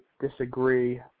disagree